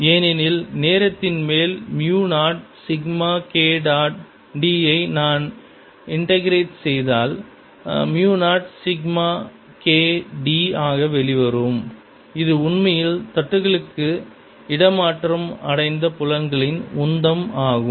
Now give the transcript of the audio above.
ஏனெனில் நேரத்தின் மேல் mu 0 sigma K dot d ஐ நான் இன்டகிரேட் செய்தால் மியூ 0 சிக்மா K d ஆக வெளிவரும் இது உண்மையில் தட்டுகளுக்கு இடமாற்றம் அடைந்த புலன்களின் உந்தம் ஆகும்